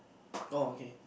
oh okay